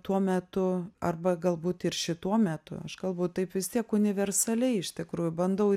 tuo metu arba galbūt ir šituo metu aš kalbu taip vis tiek universaliai iš tikrųjų bandau